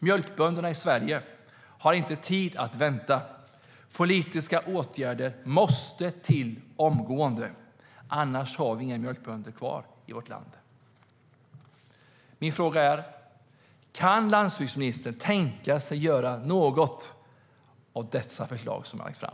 Mjölkbönderna i Sverige har inte tid att vänta. Politiska åtgärder måste vidtas omgående, annars har vi inga mjölkbönder kvar i vårt land. Min fråga är: Kan landsbygdsministern tänka sig att göra något åt dessa förslag som lagts fram?